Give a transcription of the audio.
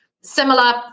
similar